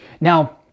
Now